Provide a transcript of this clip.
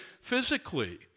physically